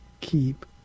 keep